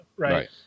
Right